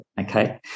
okay